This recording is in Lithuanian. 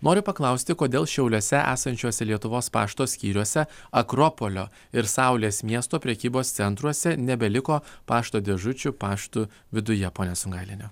noriu paklausti kodėl šiauliuose esančiuose lietuvos pašto skyriuose akropolio ir saulės miesto prekybos centruose nebeliko pašto dėžučių paštų viduje pone sungailiene